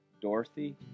Dorothy